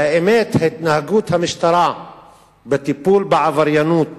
והאמת, התנהגות המשטרה בטיפול בעבריינות